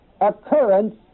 occurrence